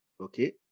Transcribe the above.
okay